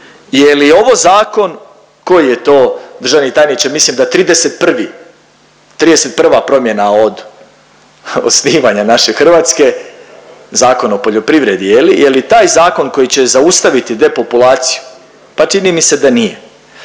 Je li ovo zakon koji je to državni tajniče mislim da 31, 31 promjena od osnivanja naše Hrvatske, Zakon o poljoprivredi. Je li taj zakon koji će zaustaviti depopulaciju? Pa čini mi se da nije.